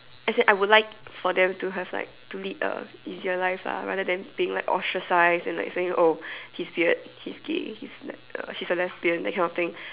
as in I would like for them to have like to lead a easier life lah rather than being like ostracized and like saying oh he's weird he's gay he's like uh she's a lesbian that kind of thing